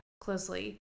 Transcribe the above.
closely